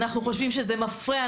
אנחנו חושבים שזה מפרה,